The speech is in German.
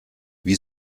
wie